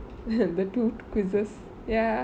the two quizzes ya